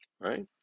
right